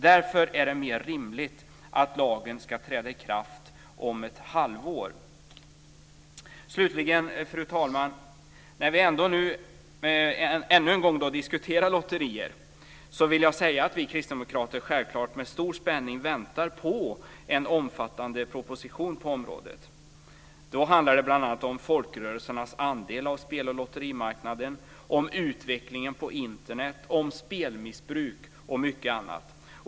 Därför är det mer rimligt att lagen ska träda i kraft om ett halvår. Slutligen, fru talman, när vi nu ännu en gång diskuterar lotterier vill jag säga att vi kristdemokrater självklart med stor spänning väntar på en omfattande proposition på området. Då handlar det bl.a. om folkrörelsernas andel av spel och lotterimarknaden, om utvecklingen på Internet, om spelmissbruk och mycket annat.